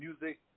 Music